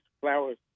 flowers